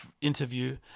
interview